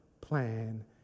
plan